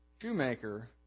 shoemaker